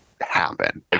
happen